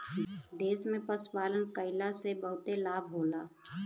देश में पशुपालन कईला से बहुते लाभ होला